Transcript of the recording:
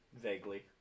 Vaguely